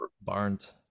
Barnes